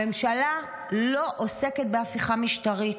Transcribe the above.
הממשלה לא עוסקת בהפיכה משטרית,